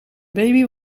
baby